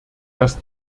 dass